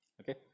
okay